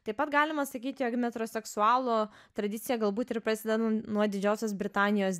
taip pat galima sakyti jog metro seksualų tradicija galbūt ir prasideda nuo didžiosios britanijos